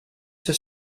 sia